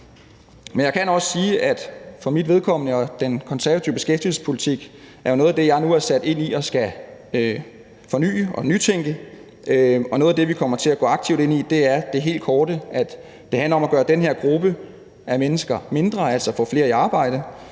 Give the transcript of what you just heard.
Men jeg kan også sige, at for mit vedkommende er den konservative beskæftigelsespolitik noget af det, jeg nu er sat ind i og skal forny og nytænke, og noget af det, vi kommer til at gå aktivt ind i, er det helt korte, nemlig at det handler om at gøre den her gruppe af mennesker mindre, altså få flere i arbejde,